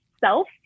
self